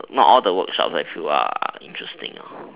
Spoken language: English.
not all the workshops I feel are interesting